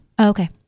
Okay